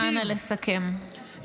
אנא לסכם.